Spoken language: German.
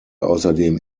außerdem